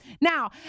Now